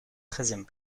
treizième